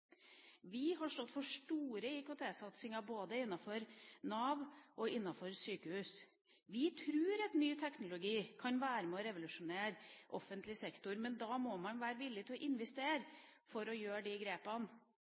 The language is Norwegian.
Vi har stått for store IKT-satsinger både innenfor Nav og innenfor sykehus. Vi tror at ny teknologi kan være med på å revolusjonere offentlig sektor, men da må man være villig til å investere for å gjøre de grepene.